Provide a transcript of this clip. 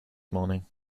morning